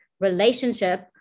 relationship